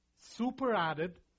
super-added